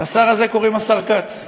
לשר הזה קוראים השר כץ.